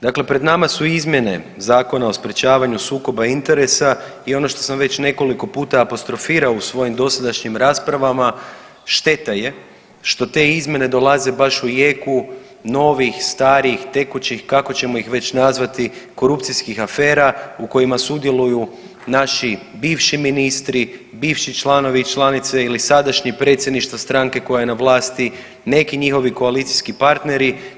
Dakle, pred nama su izmjene Zakona o sprječavanju sukoba interesa i ono što sam već nekoliko puta apostrofirao u svojim dosadašnjim raspravama šteta je što te izmjene dolaze baš u jeku novih, starih, tekućih kako ćemo ih već nazvati korupcijskih afera u kojima sudjeluju naši bivši ministri, bivši članovi i članice ili sadašnji, predsjedništva stranke koja je na vlasti, neki njihovi koalicijski partneri.